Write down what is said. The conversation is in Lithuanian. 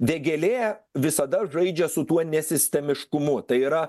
vėgėlė visada žaidžia su tuo nesistemiškumu tai yra